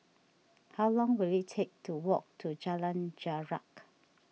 how long will it take to walk to Jalan Jarak